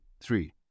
three